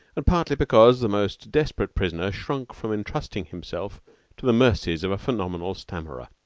and partly because the most desperate prisoner shrunk from intrusting himself to the mercies of a phenomenal stammerer.